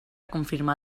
confirmar